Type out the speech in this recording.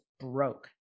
broke